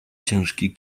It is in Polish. ciężki